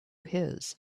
his